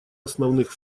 основных